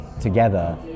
together